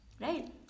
right